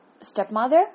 stepmother